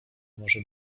morze